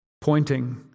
pointing